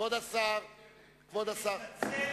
אני מתנצל.